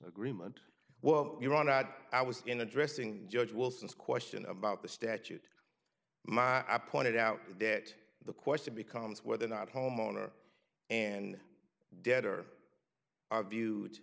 agreement well your honor i was in addressing judge wilson's question about the statute my i pointed out that the question becomes whether or not a homeowner and debtor view